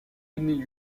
n’y